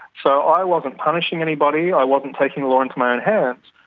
so i wasn't punishing anybody, i wasn't taking the law into my own hands,